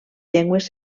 llengües